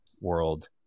world